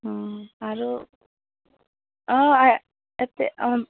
অঁ আৰু অঁ ইয়াতে